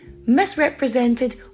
misrepresented